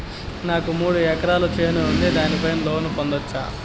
నాకు మూడు ఎకరాలు చేను ఉంది, దాని పైన నేను లోను పొందొచ్చా?